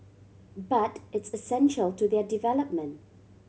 but it's essential to their development